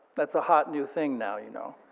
that's a hot new thing now, you know.